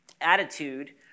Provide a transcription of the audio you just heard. attitude